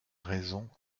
raison